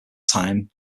time